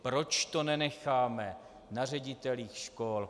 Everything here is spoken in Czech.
Proč to nenecháme na ředitelích škol?